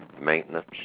maintenance